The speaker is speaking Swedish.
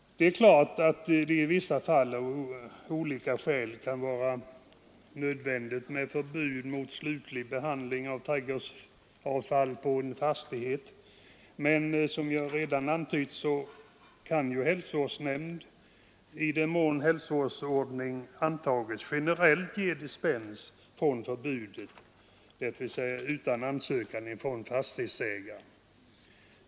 Det är klart att det i vissa fall av olika skäl kan vara nödvändigt med förbud mot slutlig behandling av trädgårdsavfall på en fastighet. Men som jag redan antytt kan hälsovårdsnämnd, i den mån normalhälsovårdsordning antagits, generellt ge dispens från förbudet, dvs. utan ansökan från fastighetsägaren.